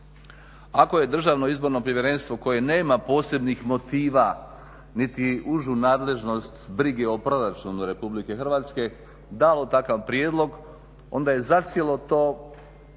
Ako je Državno izborno povjerenstvo koje nema posebnih motiva niti užu nadležnost brige o proračunu RH dalo takav prijedlog, onda je zacijelo to